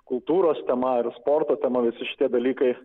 kultūros tema ir sporto tema visi šitie dalykai